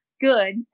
good